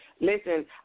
Listen